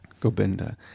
gobinda